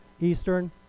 Eastern